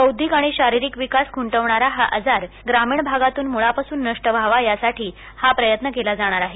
बौद्धिक आणि शारीरिक विकास बुंटविणारा हा ब्रामीण भाषातून मुळापासून नष्ट व्हाबा यासाठी हा प्रयत्न केला जाणार आहे